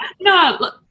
No